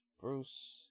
Bruce